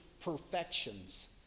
perfections